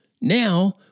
now